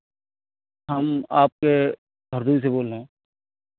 हम आपके हरदोई से बोल रहे हैं